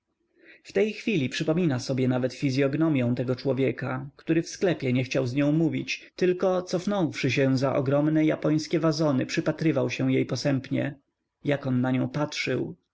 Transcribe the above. w tej chwili przypomina sobie nawet fizyognomią tego człowieka który w sklepie nie chciał z nią mówić tylko cofnąwszy się za ogromne japońskie wazony przypatrywał się jej posępnie jak on na nią patrzył